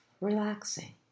relaxing